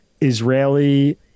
israeli